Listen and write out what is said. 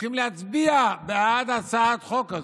צריכים להצביע בעד הצעת החוק הזו.